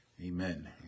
amen